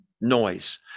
noise